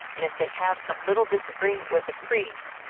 and if they have some little disagreement with a priest,